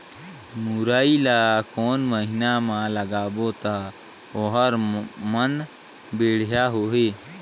मुरई ला कोन महीना मा लगाबो ता ओहार मान बेडिया होही?